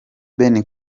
ben